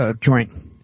joint